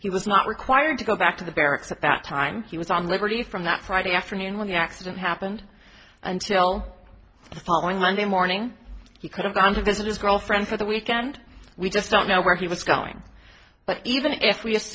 he was not required to go back to the barracks at that time he was on liberty from that friday afternoon when the accident happened until the following monday morning he could have gone to visit his girlfriend for the weekend we just don't know where he was going but even if we as